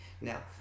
Now